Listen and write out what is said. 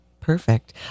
perfect